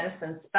medicine